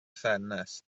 ffenestr